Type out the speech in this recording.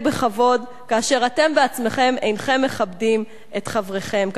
בכבוד כאשר אתם בעצמכם אינכם מכבדים את חבריכם,